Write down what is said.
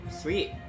Sweet